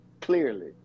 clearly